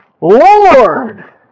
Lord